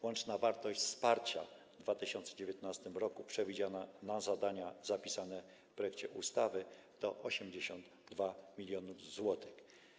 Łączna wartość wsparcia w 2019 r. przewidziana na zadania zapisane w projekcie ustawy to 82 mln zł.